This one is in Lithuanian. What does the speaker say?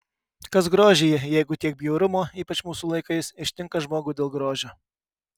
kas grožyje jeigu tiek bjaurumo ypač mūsų laikais ištinka žmogų dėl grožio